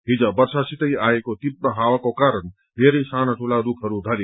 हिज वर्षासितै आएको तीव्र हावाको कारण बेरै साना ठूला रूखहरू ढले